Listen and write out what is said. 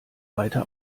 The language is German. weiter